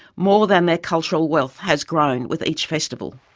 more than their cultural wealth has grown with each festival.